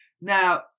Now